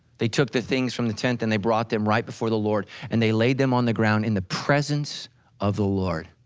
they took the things from the tent and they brought them right before the lord and they laid them on the ground in the presence of the lord.